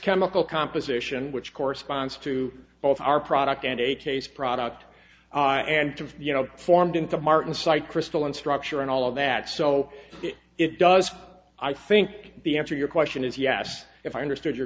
chemical composition which corresponds to both our product and a taste product and to you know formed into martin site crystal and structure and all of that so it does i think the answer your question is yes if i understood your